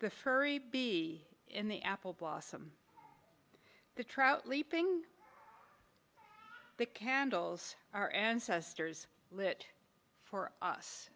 the furry be in the apple blossom the trout leaping the candles our ancestors lit for us